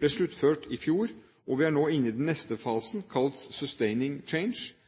ble sluttført i fjor, og vi er nå inne i den neste fasen, kalt